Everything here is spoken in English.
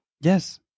Yes